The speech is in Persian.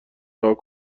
رها